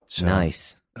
Nice